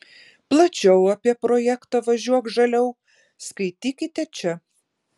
plačiau apie projektą važiuok žaliau skaitykite čia